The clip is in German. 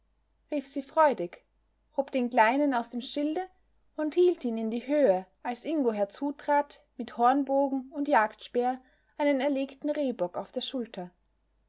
rief sie freudig hob den kleinen aus dem schilde und hielt ihn in die höhe als ingo herzutrat mit hornbogen und jagdspeer einen erlegten rehbock auf der schulter